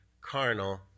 carnal